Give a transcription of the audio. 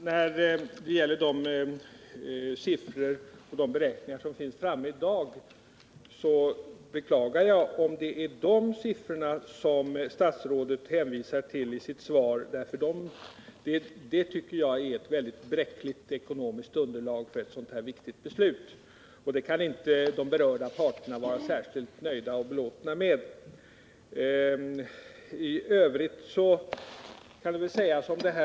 Herr talman! I vad gäller de siffror och beräkningar som föreligger i dag beklagar jag, om det är det materialet som statsrådet hänvisar till i sitt svar. Jag tycker att det är ett mycket bräckligt ekonomiskt underlag för ett så viktigt beslut som det är fråga om. Sådana siffror kan de berörda parterna inte vara särskilt tillfredsställda med.